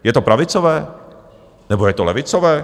Je to pravicové, nebo je to levicové?